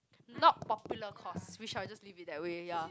not popular course which I will just leave it that way ya